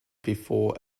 before